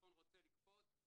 חלפון רוצה לקפוץ